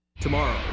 Tomorrow